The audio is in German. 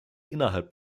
innerhalb